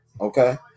okay